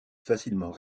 facilement